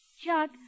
Chuck